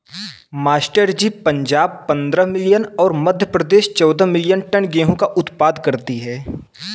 master ji Punjab पंद्रह million और मध्य प्रदेश चौदह मिलीयन टन गेहूं का उत्पादन करती है